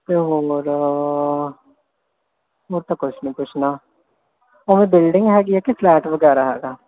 ਤੇ ਉਮਰ ਹੋਰ ਤਾਂ ਕੁਛ ਨੀ ਪੁੱਛਣਾ ਉਵੇਂ ਬਿਲਡਿੰਗ ਹੈਗੀ ਆ ਕੇ ਫਲੈਟ ਵਗੈਰਾ ਹੈਗਾ